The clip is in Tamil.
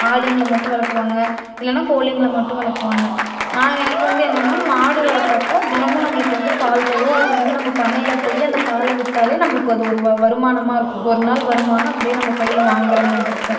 ஆடுங்களை மட்டும் வளர்க்குவாங்க இல்லைன்னா கோழிங்கள மட்டும் வளர்க்குவாங்க நான் எனக்கு வந்து என்னென்னா மாடு வளர்த்தாக்கா தினமும் நம்மளுக்கு வந்து பால் தரும் அது வந்து நம்ம பண்ணையில் போய் அந்த பாலை விற்றாலே நம்மளுக்கு அது ஒரு வரு வருமானமாக இருக்கும் ஒரு நாள் வருமானம் அப்படியே நம்ம கையில் வாங்குகிற மாதிரி இருக்கும்